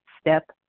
step